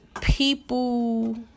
people